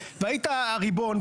והיית הריבון,